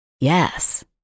Yes